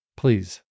Please